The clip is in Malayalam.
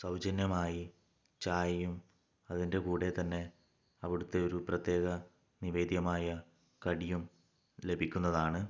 സൗജന്യമായി ചായയും അതിൻ്റെ കൂടെ തന്നെ അവിടുത്തെ ഒരു പ്രത്യേക നിവേദ്യമായ കടിയും ലഭിക്കുന്നതാണ്